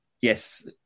yes